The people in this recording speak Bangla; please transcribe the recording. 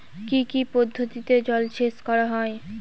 কি কি পদ্ধতিতে জলসেচ করা হয়?